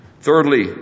Thirdly